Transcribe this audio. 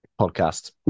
Podcast